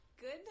Good